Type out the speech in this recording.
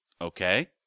Okay